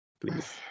Please